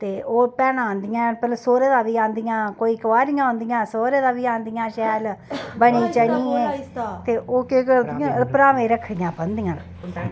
ते ओह् भैनां आंदियां कन्नै सोह्रे दा बी आंदिया कोई कोआरियां औंदियां सोह्रे दा बी आंदियां शैल बनी शनियै ते ओह् केह् करदियां भ्रावें गी रखड़ियां बनदियां न